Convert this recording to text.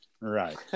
Right